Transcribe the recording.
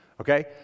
Okay